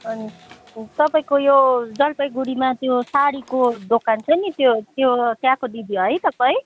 तपाईँको यो जलपाइगुडीमा त्यो साडीको दोकान छ नि त्यो त्यो त्यहाँको दिदी हो है तपाईँ